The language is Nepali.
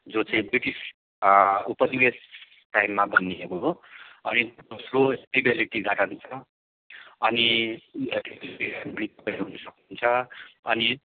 जो चाहिँ ब्रिटिस उपनिवेश टाइममा बनिएको हो अनि दोस्रो हेप्पी भेली टी गार्डन छ अनि सक्नुहुन्छ अनि